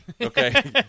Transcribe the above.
Okay